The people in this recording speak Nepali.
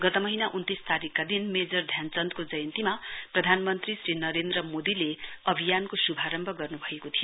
गत महीना उन्तीस तारीकका दिन मेजर ध्यानचन्द्रको जयन्तीमा प्रधानमन्त्री श्री नरेन्द्र मोदीले अभियानको शुभारम्भ गर्नु भएको थियो